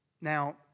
Now